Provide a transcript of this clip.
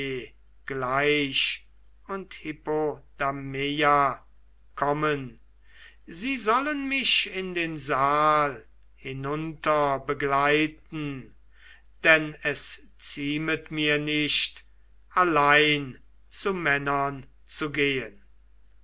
und hippodameia kommen sie sollen mich in den saal hinunter begleiten denn es ziemet mir nicht allein zu männern zu gehen